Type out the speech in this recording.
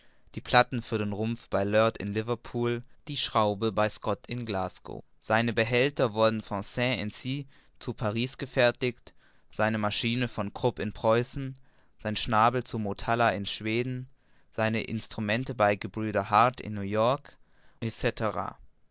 die platten für den rumpf bei leard zu liverpool die schraube bei scott in glasgow seine behälter wurden von cail cie zu paris gefertigt seine maschine von krupp in preußen sein schnabel zu motala in schweden seine instrumente bei gebrüder hart in new-york